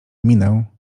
minę